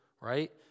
right